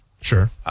Sure